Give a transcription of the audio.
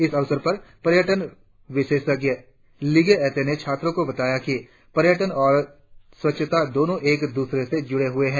इस अवसर पर पर्यटन विशेषज्ञ लिगे एते ने छात्रों को बताया कि पर्यटन और स्वच्छता दोनों एक दूसरे से जुड़े हुए है